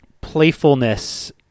playfulness